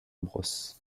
bros